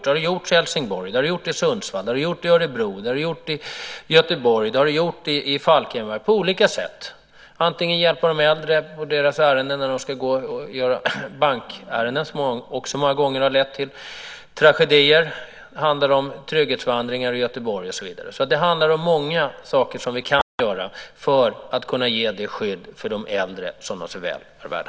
Det har gjorts i Helsingborg, i Sundsvall, i Örebro, i Göteborg och i Falkenberg på olika sätt. Man hjälper de äldre med deras ärenden, till exempel när de ska gå och utföra bankärenden, vilket också många gånger har lett till tragedier. Det handlar om trygghetsvandringar i Göteborg och så vidare. Det handlar alltså om många saker som vi kan göra för att kunna ge det skydd till de äldre som de så väl är värda.